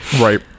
Right